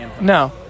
no